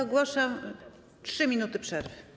Ogłaszam 3 minuty przerwy.